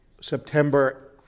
September